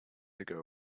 ago